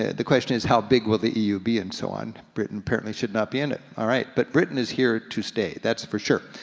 the question is, how big will the eu be and so on. britain apparently should not be in it, all right, but britain is here to stay, that's for sure.